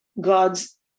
God's